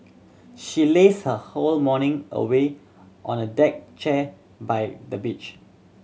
she lazed her whole morning away on a deck chair by the beach